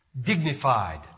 dignified